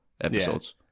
episodes